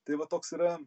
tai va toks yra